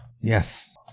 yes